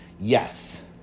yes